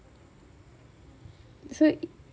so it